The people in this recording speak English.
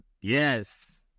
Yes